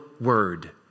word